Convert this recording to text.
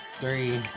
Three